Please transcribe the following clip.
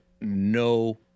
no